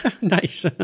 Nice